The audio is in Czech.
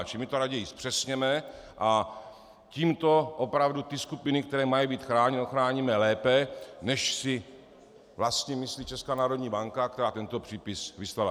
Čili my to raději zpřesněme a tímto opravdu ty skupiny, které mají být chráněny, ochráníme lépe, než si vlastně myslí Česká národní banka, která tento přípis vyslala.